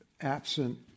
absent